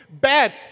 bad